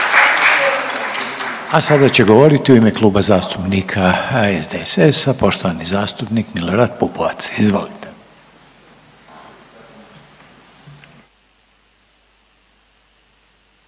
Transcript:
A sada će govoriti u ime Kluba zastupnika SDSS-a poštovani zastupnik Milorad Pupovac. Izvolite.